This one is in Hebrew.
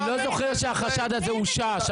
אני לא זוכר שהחשד הזה אושש.